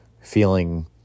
feeling